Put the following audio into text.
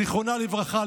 זיכרונה לברכה,